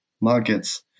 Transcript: markets